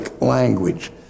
language